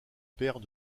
père